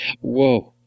Whoa